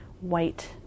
white